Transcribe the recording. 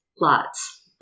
Lots